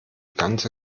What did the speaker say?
ganze